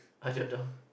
I don't know